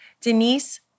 Denise